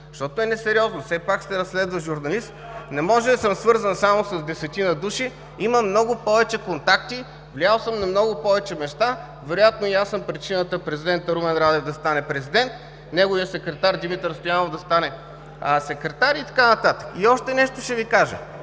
защото е несериозно. Все пак сте разследващ журналист. Не може да съм свързан само с десетина души, имам много повече контакти, влиял съм на много повече места. Вероятно и аз съм причината президентът Румен Радев да стане президент, неговият секретар Димитър Стоянов да стане секретар и така нататък. И още нещо ще Ви кажа: